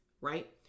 right